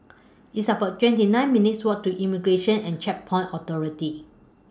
It's about twenty nine minutes' Walk to Immigration and Checkpoints Authority